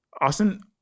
Austin